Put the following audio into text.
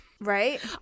Right